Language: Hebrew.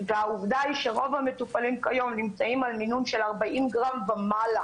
רוב המטופלים נמצאים במינון של 40 גרם ומעלה,